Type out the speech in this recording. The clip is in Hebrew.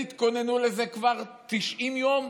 התכוננו לזה כבר 90 יום.